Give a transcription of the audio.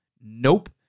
nope